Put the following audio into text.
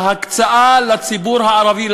ההקצאה לציבור הערבי,